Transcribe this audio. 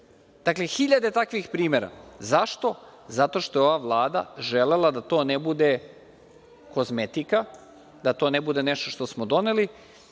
hiljade takvih primera. Zašto? Zato što je ova Vlada želela da to ne bude kozmetika, da to ne bude nešto što smo doneli